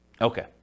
Okay